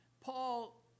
Paul